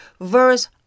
Verse